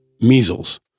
measles